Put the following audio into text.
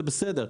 זה בסדר,